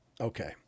Okay